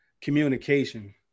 communication